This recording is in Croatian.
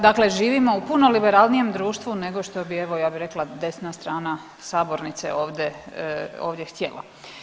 Dakle, živimo u puno liberalnijem društvu nego što bi evo ja bi rekla desna strana sabornice ovdje, ovdje htjela.